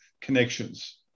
connections